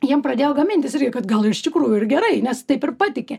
jiem pradėjo gamintis irgi kad gal iš tikrųjų ir gerai nes taip ir patiki